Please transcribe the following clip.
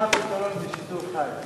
מה הפתרון, בשידור חי?